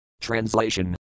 Translation